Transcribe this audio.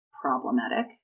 problematic